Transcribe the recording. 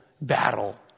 battle